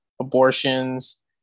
abortions